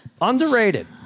Underrated